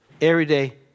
everyday